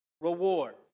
Reward